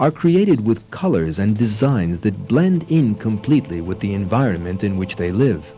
are created with colors and designs the blend in completely with the environment in which they live